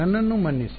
ನನ್ನನು ಮನ್ನಿಸಿ